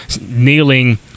kneeling